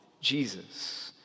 Jesus